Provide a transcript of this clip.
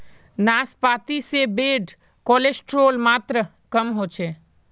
नाश्पाती से bad cholesterol मात्र कम होचे